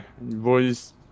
boys